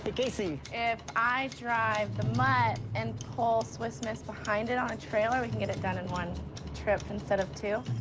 casey. if i drive the mutt and pull swiss miss behind it on a trailer, we can get it done and one trip instead of two.